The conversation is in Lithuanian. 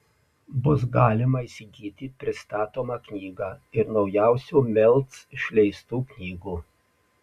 bus galima įsigyti pristatomą knygą ir naujausių melc išleistų knygų